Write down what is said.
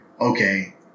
okay